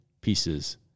pieces